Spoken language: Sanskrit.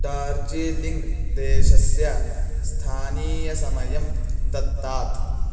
डार्जीलिङ्ग् देशस्य स्थानीयसमयं दत्तात्